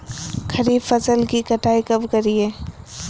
खरीफ फसल की कटाई कब करिये?